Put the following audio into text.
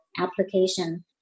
application